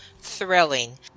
thrilling